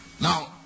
Now